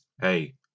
hey